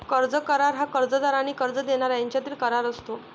कर्ज करार हा कर्जदार आणि कर्ज देणारा यांच्यातील करार असतो